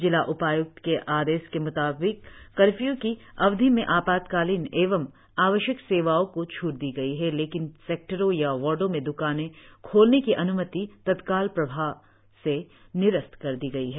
जिला उपाय्क्त के आदेश के म्ताबिक कर्फ्य् की अवधि में आपातकालिन एवं आवश्यक सेवाओं को छूट दी गई है लेकिन सेक्टरों या वार्डो में दुकाने खोलने की अन्मति तत्काल प्रभाव से निरस्त कर दी गई है